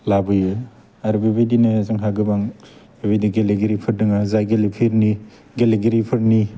लाबोयो आरो बेबायदिनो जोंहा गोबां बेबायदि गेलेगिरिफोर दोङ जाय गेलेफिरनि गेलेगिरिफोरनि